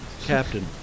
Captain